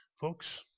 folks